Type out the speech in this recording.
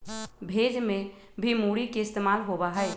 भेज में भी मूरी के इस्तेमाल होबा हई